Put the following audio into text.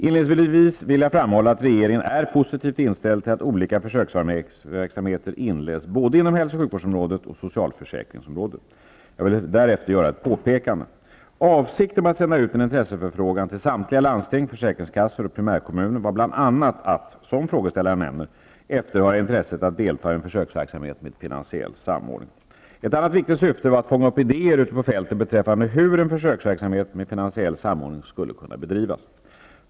Inledningsvis vill jag framhålla att regeringen är positivt inställd till att olika försöksverksamheter inleds både inom hälso och sjukvårdsområdet och inom socialförsäkringsområdet. Jag vill därefter göra ett påpekande. Avsikten med att sända ut en intresseförfrågan till samtliga landsting, försäkringskassor och primärkommuner var bl.a. att, som frågeställaren nämner, efterhöra intresset att delta i en försöksverksamhet med finansiell samordning. Ett annat viktigt syfte var att fånga upp idéer ute på fältet beträffande hur en försöksverksamhet med finansiell samordning skulle kunna bedrivas.